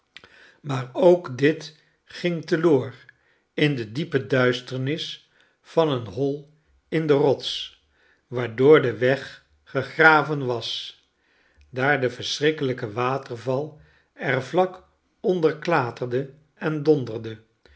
maar ook dit ging teloor in de diepe duisternis van een hoi in de rots waardoor de weg gegraven was daar de verschrikkelijke waterval er vlak onder klaterde en donderde